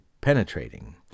penetrating